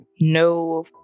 no